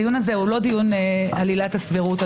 הדיון הזה הוא לא דיון על עילת הסבירות,